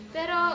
Pero